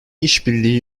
işbirliği